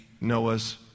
Noah's